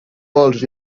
pols